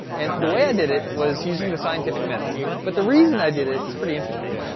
and the way i did it was using the scientific method but the reason i did it is pretty interesting.